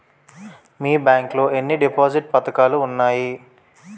మీ bank లో ఎన్ని deposit పథకాలు ఉన్నాయి?